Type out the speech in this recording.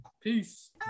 Peace